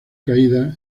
caída